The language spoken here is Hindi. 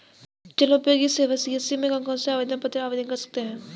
जनउपयोगी सेवा सी.एस.सी में कौन कौनसे आवेदन पत्र आवेदन कर सकते हैं?